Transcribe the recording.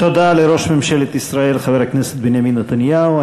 תודה לראש ממשלת ישראל, חבר הכנסת בנימין נתניהו.